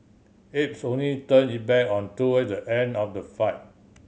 aides only turned it back on toward the end of the flight